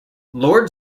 lord